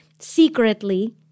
secretly